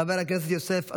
חבר הכנסת יוסף עטאונה,